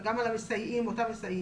גם על אותם מסייעים.